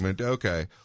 Okay